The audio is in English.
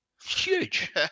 huge